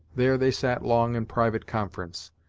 there they sat long in private conference.